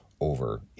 over